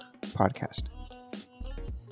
Podcast